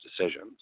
decisions